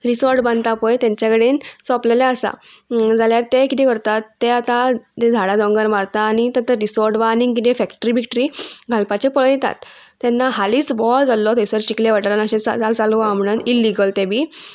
resort बांदता पय तेंच्या कडेन सोपलेलें आसा जाल्यार तें किदें करतात तें आतां झाडां दोंगर मारता आनी तें रिसोर्ट वा आनी किदें फॅक्ट्री बिक्ट्री घालपाचें पळयतात तेन्ना हालींच बोवाळ जाल्लो थंयसर शिकले वाठारान अशें चालू आहा म्हणून इल्लीगल तें बी